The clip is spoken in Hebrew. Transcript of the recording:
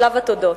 שלב התודות.